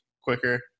quicker